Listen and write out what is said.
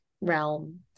realm